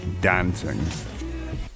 dancing